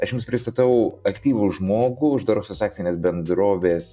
aš jums pristatau aktyvų žmogų uždarosios akcinės bendrovės